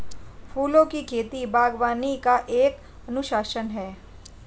फूलों की खेती, बागवानी का एक अनुशासन है